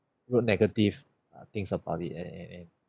wrote negative uh things about it and and and